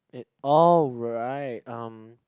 it oh right um